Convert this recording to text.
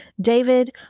David